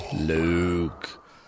Luke